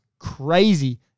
Crazy